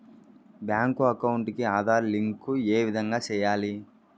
Bank account కి Aadhaar link ఏ విధంగా సెయ్యాలి?